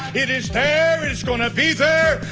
it is there. it's going to be there.